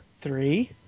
Three